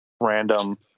random